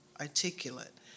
articulate